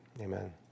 Amen